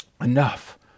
enough